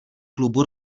klubu